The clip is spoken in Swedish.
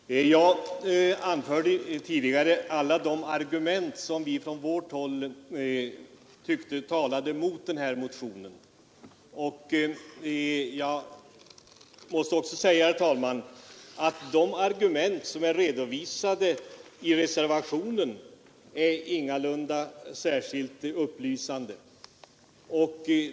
Herr talman! Jag anförde tidigare alla de argument som vi från vårt håll tyckte talade mot den här motionen. Jag måste säga, herr talman, att de argument som är redovisade i reservationen ingalunda är upplysande.